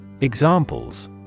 Examples